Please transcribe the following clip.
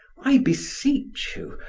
i beseech you,